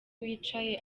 wicaye